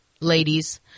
ladies